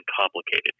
complicated